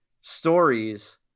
stories